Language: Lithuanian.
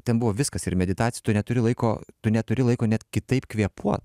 ten buvo viskas ir meditacija tu neturi laiko tu neturi laiko nes kitaip kvėpuo